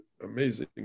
amazing